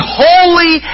holy